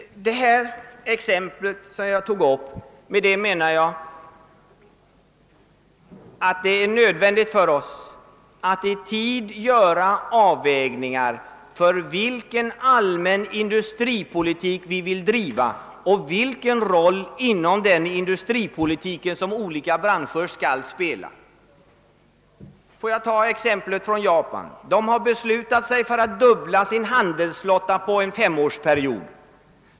Med det exempel som jag tog upp menar jag att det är nödvändigt för oss att i tid göra avvägningar beträffande vilken allmän industripolitik vi vill föra och vilken roll inom denna som olika branscher skall spela. Jag vill ta Japan som exempel i detta sammanhang. Man beslutade sig där för att fördubbla sin handelsflotta på en femårsperiod.